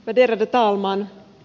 värderade talman